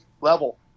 level